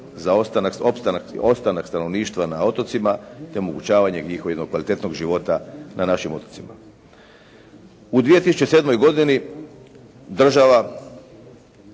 za opstanak stanovništva na otocima te omogućavanje njihovog kvalitetnog života na našim otocima. U 2007. godini država